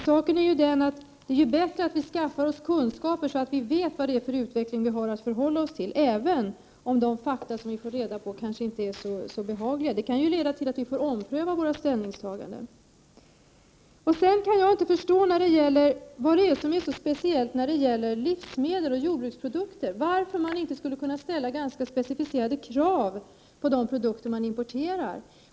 Saken är ju den att det är bättre att vi skaffar oss kunskaper, så att vi vet 125 vad vi har att förhålla oss till, även om de fakta som vi får reda på inte är så behagliga. De kan ju leda till att vi måste ompröva våra ställningstaganden. Jag kan heller inte förstå vad som är så speciellt när det gäller livsmedel och jordbruksprodukter. Varför skall man inte kunna ställa ganska specificerade krav på de produkter man importerar?